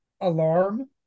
alarm